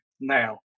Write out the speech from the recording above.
Now